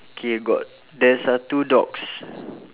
K you got there's uh two dogs